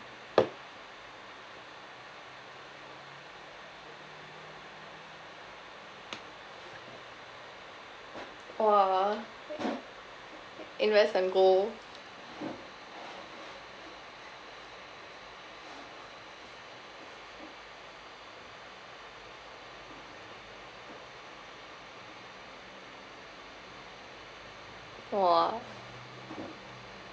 !wah! invest in gold !wah!